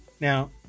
Now